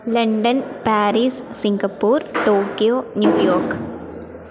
London Paris Singapore Tokyo New York